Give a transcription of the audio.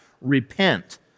repent